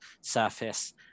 surface